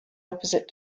opposite